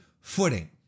footing